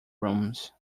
rooms